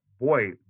boy